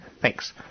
thanks